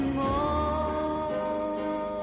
more